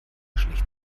schlecht